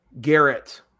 Garrett